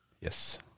Yes